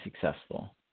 successful